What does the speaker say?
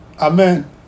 Amen